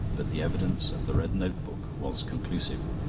but the evidence of the red notebook was conclusive.